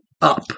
up